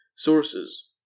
Sources